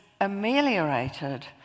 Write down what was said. ameliorated